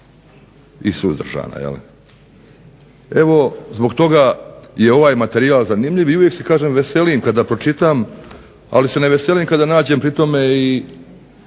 i suzdržana. Evo zbog toga je ovaj materijal zanimljiv i uvijek se kažem veselim kada pročitam, ali se ne veselim kada nađem pri tome i